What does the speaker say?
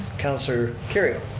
councilor kerrio.